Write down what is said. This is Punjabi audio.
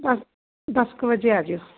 ਦ ਦਸ ਕੁ ਵਜੇ ਆ ਜਿਓ